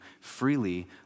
freely